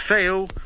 fail